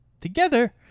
together